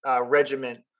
regiment